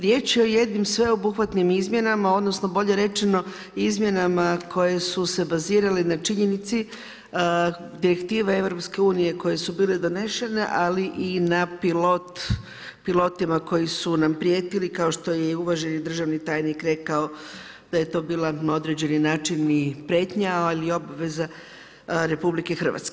Riječ je o jednim sveobuhvatnim izmjenama, odnosno bolje rečeno izmjenama koje su se bazirale na činjenici Direktive Europske unije koje su bile donešene, ali i na pilotima koji su nam prijetili kao što je i uvaženi državni tajnik rekao da je to bila na određeni način i prijetnja, ali i obveza RH.